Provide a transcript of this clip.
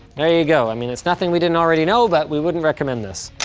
there you go. i mean, it's nothing we didn't already know, but we wouldn't recommend this.